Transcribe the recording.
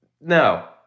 no